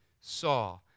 saw